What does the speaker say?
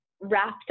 wrapped